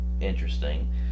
interesting